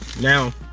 now